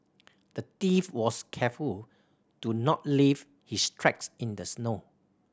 the thief was careful to not leave his tracks in the snow